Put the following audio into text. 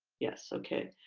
yes. okay.